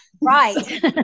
Right